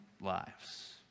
lives